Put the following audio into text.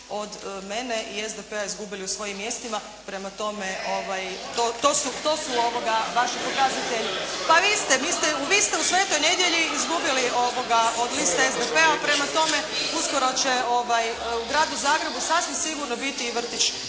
od mene i SDP-a izgubili u svojim mjestima, prema tome to su vaši pokazatelji. … /Upadica se ne čuje./ … Pa vi ste u Svetoj Nedelji izgubili od liste SDP-a, prema tome uskoro će u Gradu Zagrebu sasvim sigurno biti i vrtić